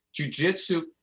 jujitsu